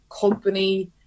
company